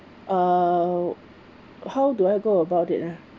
uh how do I go about it ah